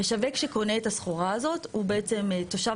המשווק שקונה את הסחורה הזאת הוא בעצם תושב